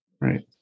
Right